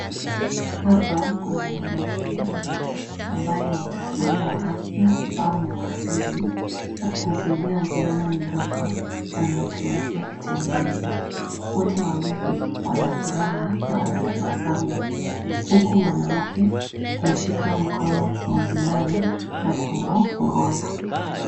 Hapa kuna mwanamke ambaye ni mtaalamu wa afya au mwanganlizi akimsaidia mvulana mdogo anayetumia kitembezi. Wote wawili wana furaha na wanatabasamu. Huku mwanamke akimshika mkono mvulana na kumuongoza.